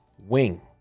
wing